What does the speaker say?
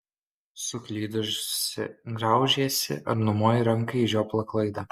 suklydusi graužiesi ar numoji ranka į žioplą klaidą